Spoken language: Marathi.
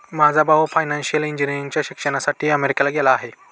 माझा भाऊ फायनान्शियल इंजिनिअरिंगच्या शिक्षणासाठी अमेरिकेला गेला आहे